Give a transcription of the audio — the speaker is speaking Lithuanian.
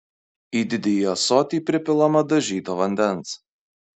į didįjį ąsotį pripilama dažyto vandens